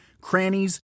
crannies